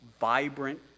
vibrant